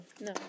no